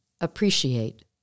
Appreciate